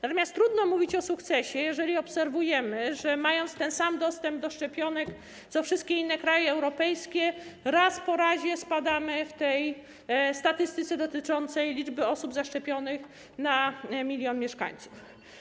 Natomiast trudno mówić o sukcesie, jeżeli obserwujemy, że mając ten sam dostęp do szczepionek co wszystkie inne kraje europejskie, raz po razie spadamy w tej statystyce dotyczącej liczby osób zaszczepionych na 1 mln mieszkańców.